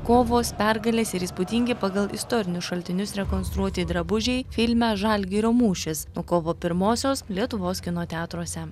kovos pergalės ir įspūdingi pagal istorinius šaltinius rekonstruoti drabužiai filme žalgirio mūšis nuo kovo pirmosios lietuvos kino teatruose